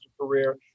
career